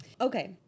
Okay